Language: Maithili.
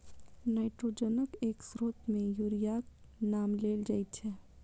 नाइट्रोजनक एक स्रोत मे यूरियाक नाम लेल जाइत छै